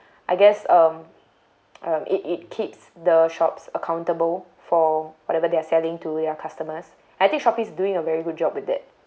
I guess um um it it keeps the shops accountable for whatever they are selling to their customers I think shopee is doing a very good job with that